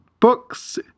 books